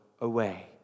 away